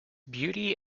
beauty